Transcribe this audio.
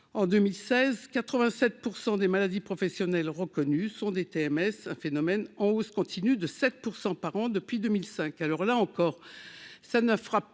en 2016 87 % des maladies professionnelles reconnues sont des TMS, un phénomène en hausse continue de 7 % par an depuis 2005,